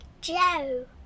Joe